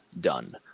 done